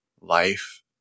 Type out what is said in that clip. life